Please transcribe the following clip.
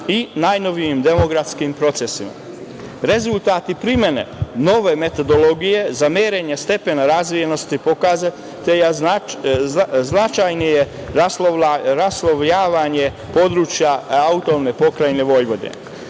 i najnovijim demografskim procesima. Rezultati primene nove metodologije za merenje stepena razvijenosti pokazatelja značajnije raslojavanje područja AP Vojvodine. Nepovoljan